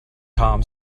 tom